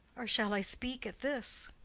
or shall i speak at this?